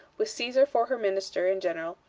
with caesar for her minister and general,